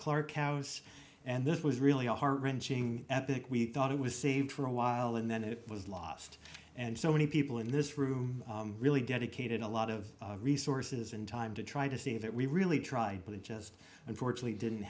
clark outs and this was really a heart wrenching epic we thought it was saved for a while and then it was lost and so many people in this room really dedicated a lot of resources and time to try to see that we really tried but it just unfortunately didn't